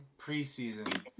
preseason